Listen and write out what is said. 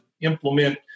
implement